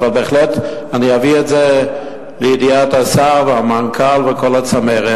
אבל אני בהחלט אביא את זה לידיעת השר והמנכ"ל וכל הצמרת,